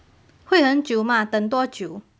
会很久吗等多久 ma deng hen jiu